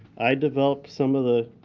i developed some of the